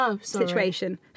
situation